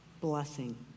blessing